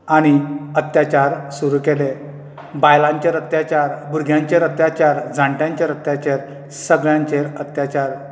आनी अत्याच्यार सुरू केले बायलांचेर अत्याचार भुरग्यांचेर अत्याचार जाणट्यांचेर अत्याचार सगळ्यांचेर अत्याचार